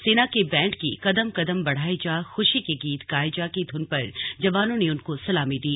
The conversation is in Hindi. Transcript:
सेना के बैंड की कदम कदम बढ़ाए जा खुशी के गीत गाए जा की धुन पर जवानों ने उनको सलामी दी